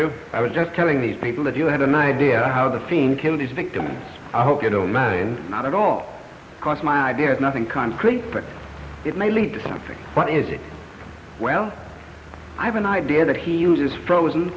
you i was just telling these people that you had an idea of how the scene killed its victims i hope you don't mind not at all because my idea is nothing concrete but it may lead to something what is it well i have an idea that he uses frozen